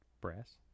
brass